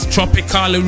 Tropical